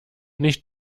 nicht